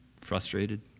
frustrated